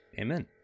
Amen